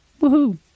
woohoo